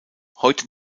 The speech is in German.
heute